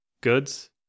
goods